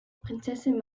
prinzessin